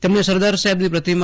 તેમણે સરદારે સાહેબની પ્રતિમા